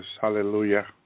Hallelujah